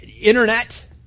internet